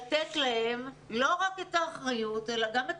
צריך לתת להם לא רק את האחריות אלא גם את